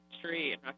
tree